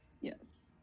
Yes